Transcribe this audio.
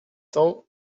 cents